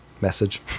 message